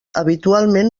habitualment